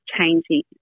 changing